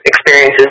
experiences